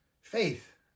faith